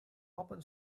open